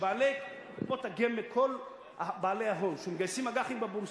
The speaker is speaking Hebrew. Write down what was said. כל בעלי ההון שמגייסים אג"חים בבורסה,